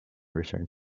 returned